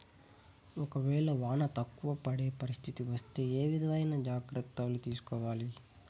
ఒక వేళ వాన తక్కువ పడే పరిస్థితి వస్తే ఏ విధమైన జాగ్రత్తలు తీసుకోవాలి?